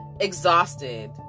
exhausted